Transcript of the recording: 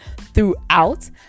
throughout